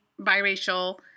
biracial